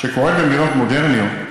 שקורית במדינות מודרניות,